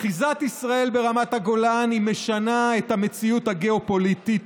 אחיזת ישראל ברמת הגולן משנה את המציאות הגיאופוליטית,